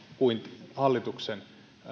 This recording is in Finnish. kuin hallituksen